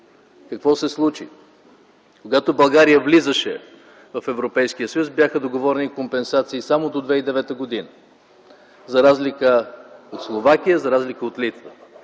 Какво се случи? Когато България влизаше в Европейския съюз бяха договорени компенсации само до 2009 г., за разлика от Словакия, за разлика от Литва.